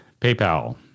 PayPal